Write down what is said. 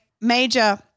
major